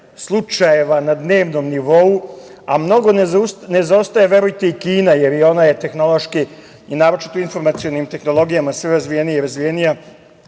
slučajeva na dnevnom nivou, a mnogo ne zaostaje, verujte, i Kina, jer i ona je tehnološki i naročito u informacionim tehnologijama sve razvijenija i razvijenija,